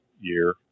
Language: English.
year